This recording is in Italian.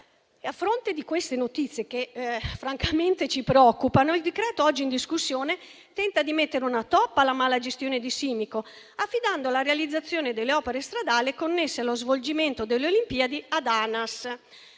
A fronte di queste notizie, che francamente ci preoccupano, il decreto-legge oggi in discussione tenta di mettere una toppa alla mala gestione di Simico, affidando la realizzazione delle opere stradali connesse allo svolgimento delle Olimpiadi ad ANAS.